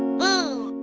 hello,